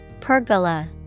Pergola